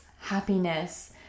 happiness